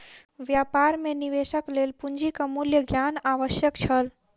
व्यापार मे निवेशक लेल पूंजीक मूल्य ज्ञान आवश्यक छल